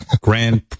Grand